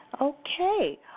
Okay